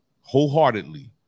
wholeheartedly